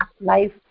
life